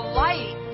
light